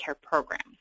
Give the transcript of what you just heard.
Programs